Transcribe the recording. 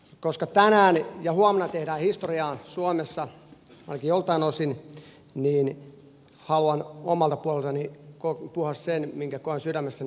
koska tänään ja huomenna tehdään historiaa suomessa ainakin joiltain osin haluan omalta puoleltani puhua sen minkä koen sydämessäni oikeaksi